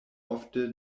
ofte